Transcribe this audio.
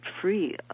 free